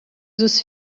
dos